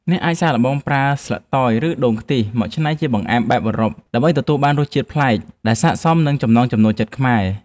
អ្នកអាចសាកល្បងប្រើស្លឹកតយ ឬដូងខ្ទិះមកច្នៃជាបង្អែមបែបអឺរ៉ុបដើម្បីទទួលបានរសជាតិប្លែកដែលស័ក្តិសមនឹងចំណង់ចំណូលចិត្តខ្មែរ។